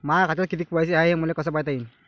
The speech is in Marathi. माया खात्यात कितीक पैसे हाय, हे मले कस पायता येईन?